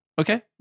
Okay